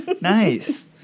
Nice